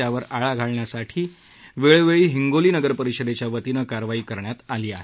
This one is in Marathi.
त्यावर आळा घालण्यासाठी वेळोवेळी हिंगोली नगरपरिषदेच्या वतीनं कारवाई करण्यात आली आहे